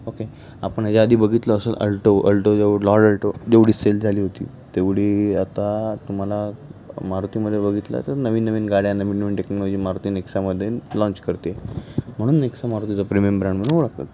okay आपण ह्याच्याआधी बघितलं असंल अल्टो अल्टो लॉल अल्टो जेवढी सेल झाली होती तेवढी आता तुम्हाला मारुतीमध्ये बघितलं तर नवीन नवीन गाड्या नवीन नवीन टेक्नॉलॉजी मारुती नेक्सामध्ये लॉन्च करते म्हणून नेक्सा मारुतीचं प्रिमियम ब्रँड म्हणून ओळखतात